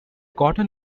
cotton